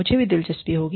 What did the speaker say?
मुझे भी दिलचस्पी होगी